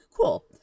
cool